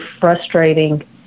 frustrating